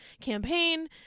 campaign